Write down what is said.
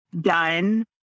done